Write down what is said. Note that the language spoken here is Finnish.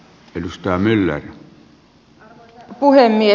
arvoisa puhemies